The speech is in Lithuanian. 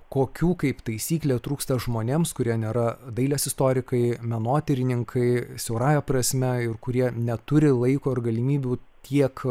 kokių kaip taisyklė trūksta žmonėms kurie nėra dailės istorikai menotyrininkai siaurąja prasme ir kurie neturi laiko ir galimybių tiek